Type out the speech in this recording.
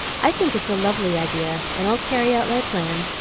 i think it's a lovely idea, and i'll carry out my plan.